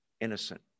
innocent